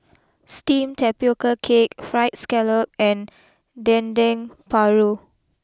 Steamed Tapioca Cake Fried Scallop and Dendeng Paru